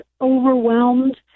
overwhelmed